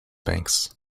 banks